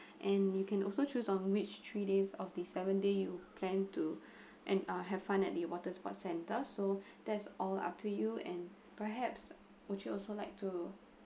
and you can also choose on which three days of the seven day you plan to and have fun at the water sports centre so that's all up to you and perhaps would you also like to